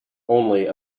only